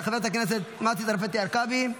חברת הכנסת מטי צרפתי הרכבי,